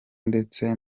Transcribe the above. ndetse